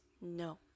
No